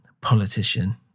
politician